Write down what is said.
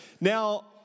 Now